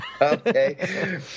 Okay